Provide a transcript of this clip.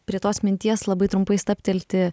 prie tos minties labai trumpai stabtelti